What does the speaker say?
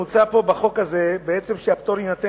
מוצע פה בחוק הזה בעצם שהפטור יינתן